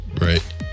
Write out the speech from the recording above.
Right